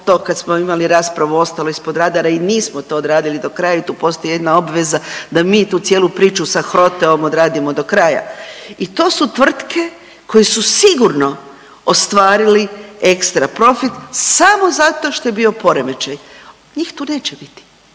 to kad smo imali raspravu ostalo je ispod radara i nismo to odradili do kraja i tu postoji jedna obveza da mi tu cijelu priču sa HROTE-om odradimo do kraja. I to su tvrtke koje su sigurno ostvarili ekstra profit samo zato što je bio poremećaj. Njih tu neće biti,